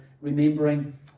Remembering